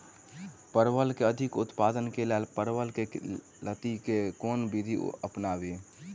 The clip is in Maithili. परवल केँ अधिक उत्पादन केँ लेल परवल केँ लती मे केँ कुन विधि अपनाबी?